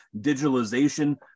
digitalization